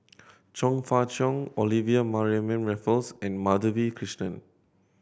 Chong Fah Cheong Olivia Mariamne Raffles and Madhavi Krishnan